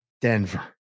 Denver